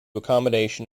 accommodation